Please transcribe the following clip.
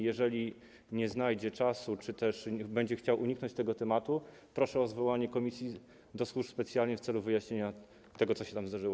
Jeżeli nie znajdzie czasu czy też będzie chciał uniknąć tego tematu, proszę o zwołanie Komisji do Spraw Służb Specjalnych w celu wyjaśnienia tego, co się tam zdarzyło.